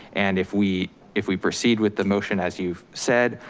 and if we if we proceed with the motion, as you've said,